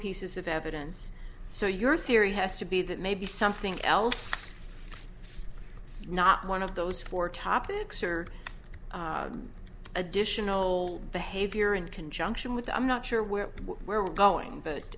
pieces of evidence so your theory has to be that maybe something else not one of those four topics or additional behavior in conjunction with i'm not sure where we're going